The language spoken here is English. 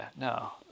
no